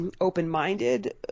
open-minded